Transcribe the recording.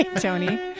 Tony